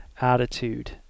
attitude